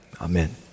Amen